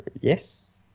Yes